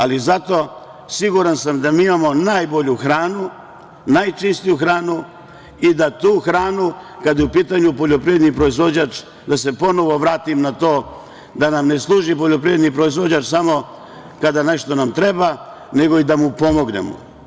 Ali zato, siguran sam da mi imamo najbolju hranu, najčistiju hranu i da tu hranu, kada je u pitanju poljoprivredni proizvođač, ponovo vratim na to da nam ne služi poljoprivredni proizvođač samo kada nešto nam treba, nego da mu i pomognemo.